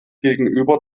gegenüber